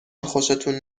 خوشتون